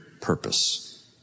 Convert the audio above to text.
purpose